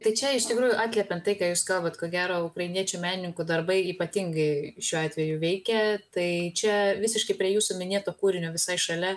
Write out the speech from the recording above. tai čia iš tikrųjų atiepiant tai ką jūs kalbat ko gero ukrainiečių menininkų darbai ypatingai šiuo atveju veikia tai čia visiškai prie jūsų minėto kūrinio visai šalia